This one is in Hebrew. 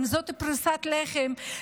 אם זאת פרוסת לחם,